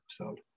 episode